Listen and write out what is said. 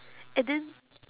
and then